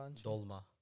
dolma